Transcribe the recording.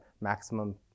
maximum